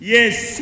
Yes